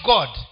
God